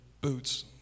boots